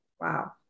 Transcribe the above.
Wow